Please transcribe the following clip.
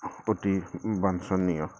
অতি বাঞ্চনীয়